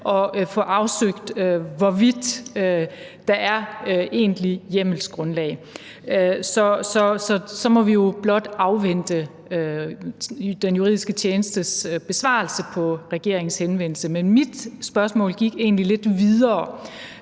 at få afsøgt, hvorvidt der er et egentligt hjemmelsgrundlag. Så må vi jo blot afvente den juridiske tjenestes besvarelse på regeringens henvendelse. Men mit spørgsmålet gik egentlig lidt videre,